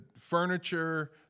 furniture